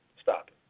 stop